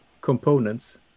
components